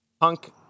punk